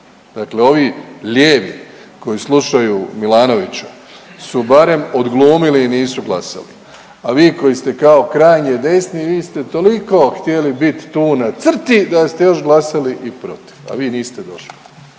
dakle ovi lijevi koji slušaju Milanovića su barem odglumili i nisu glasali, a vi koji ste kao krajnje desni, vi ste toliko htjeli biti tu na crti da ste još glasali i protiv, a vi niste došli.